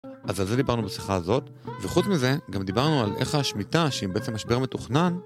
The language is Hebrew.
אז על זה דיברנו בשיחה הזאת, וחוץ מזה גם דיברנו על איך השמיטה שהיא בעצם משבר מתוכנן